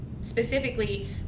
specifically